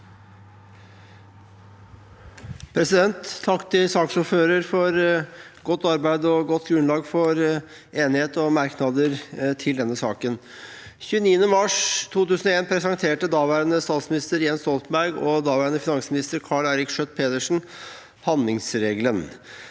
Takk til saksordføre- ren for godt arbeid og godt grunnlag for enighet og merknader til denne saken. Den 29. mars 2001 presenterte daværende statsminister, Jens Stoltenberg, og daværende finansminister, Karl-Eirik Schjøtt-Pedersen, handlingsregelen.